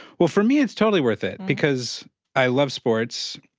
well, for me, it's totally worth it because i love sports.